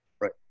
Right